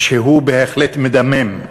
שהוא בהחלט מדמם.